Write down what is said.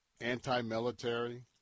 anti-military